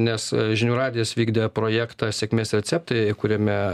nes žinių radijas vykdo projektą sėkmės receptai kuriame